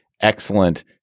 excellent